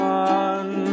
one